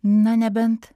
na nebent